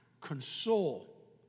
console